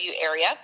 area